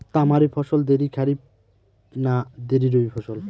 তামারি ফসল দেরী খরিফ না দেরী রবি ফসল?